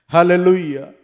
Hallelujah